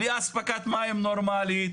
בלי אספקת מים נורמלית,